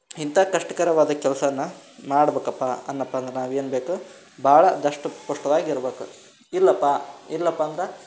ಇಂಥ ಕಷ್ಟಕರವಾದ ಕೆಲಸನ ಮಾಡ್ಬೇಕಪ್ಪ ಅನ್ನಪ್ಪ ಅಂದ್ರೆ ನಾವು ಏನು ಬೇಕು ಭಾಳ ದಷ್ಟ ಪುಷ್ಟವಾಗಿ ಇರ್ಬೇಕು ಇಲ್ಲಪ್ಪ ಇಲ್ಲಪ್ಪ ಅಂದ್ರೆ